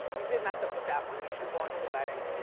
you did mess up with that one. you should've gone to the wedding.